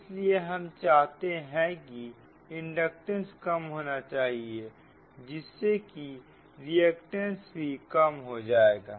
इसलिए हम चाहते हैं कि इंडक्टेंस कम होना चाहिए जिससे कि रिएक्टेंस भी कम हो जाएगा